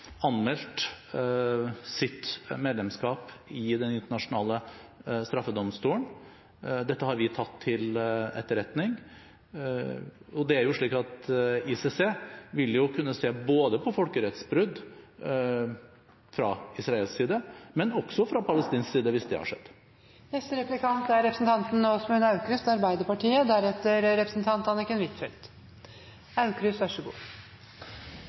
anmeldt sitt medlemskap i Den internasjonale straffedomstolen. Dette har vi tatt til etterretning. Det er slik at ICC vil kunne se på folkerettsbrudd fra israelsk side, men også fra palestinsk side hvis det har skjedd. Jeg merker meg at utenriksministeren er